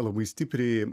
labai stipriai